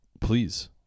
Please